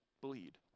bleed